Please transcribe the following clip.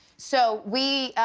so we,